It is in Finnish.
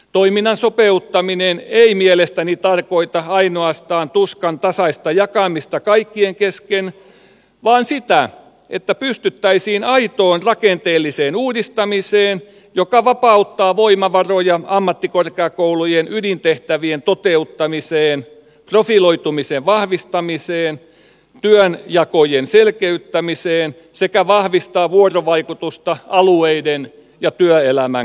toiminnan sopeuttaminen ei mielestäni tarkoita ainoastaan tuskan tasaista jakamista kaikkien kesken vaan sitä että pystyttäisiin aitoon rakenteelliseen uudistamiseen joka vapauttaa voimavaroja ammattikorkeakoulujen ydintehtävien toteuttamiseen profiloitumisen vahvistamiseen työnjakojen selkeyttämiseen sekä vahvistaa vuorovaikutusta alueiden ja työelämän kanssa